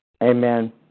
Amen